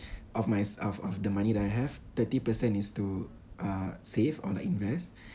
of my s~ of of the money that I have thirty percent is to uh save or like invest